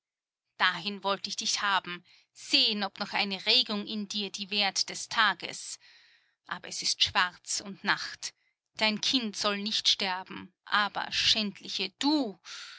dahin wollt ich dich haben sehen ob noch eine regung in dir die wert des tages aber es ist schwarz und nacht dein kind soll nicht sterben aber schändliche du